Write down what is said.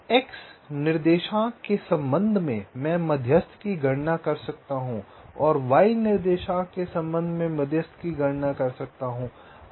तो x निर्देशांक के संबंध में मैं मध्यस्थ की गणना कर सकता हूं और y निर्देशांक के संबंध में मध्यस्थ की गणना कर सकता हूं